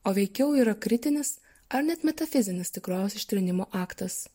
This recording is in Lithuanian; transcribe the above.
o veikiau yra kritinis ar net metafizinis tikrovės ištrynimo aktas